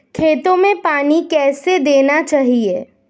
खेतों में पानी कैसे देना चाहिए?